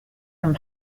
from